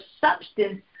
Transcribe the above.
substance